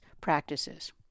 practices